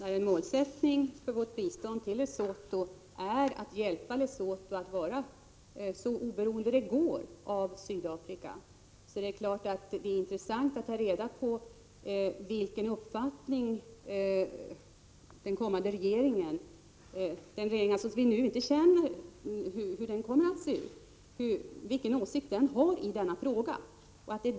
Herr talman! Ett mål för vårt bistånd till Lesotho är att hjälpa Lesotho att vara så oberoende det går av Sydafrika. Det är klart att det är intressant att ta reda på vilken åsikt den kommande regeringen — vi vet ännu inte hur den regeringen kommer att se ut — har i den frågan.